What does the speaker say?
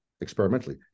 experimentally